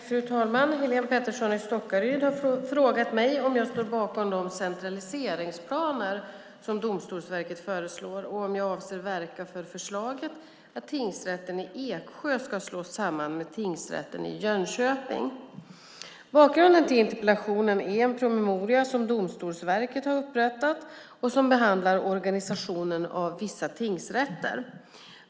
Fru talman! Helene Petersson i Stockaryd har frågat mig om jag står bakom de centraliseringsplaner som Domstolsverket föreslår och om jag avser att verka för förslaget att tingsrätten i Eksjö ska slås samman med tingsrätten i Jönköping. Bakgrunden till interpellationen är en promemoria som Domstolsverket har upprättat och som behandlar organisationen av vissa tingsrätter.